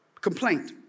Complaint